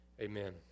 amen